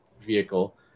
vehicle